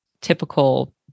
typical